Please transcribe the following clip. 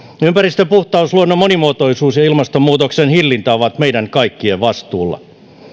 ympäristön puhtaus luonnon monimuotoisuus ja ilmastonmuutoksen hillintä ovat meidän kaikkien vastuulla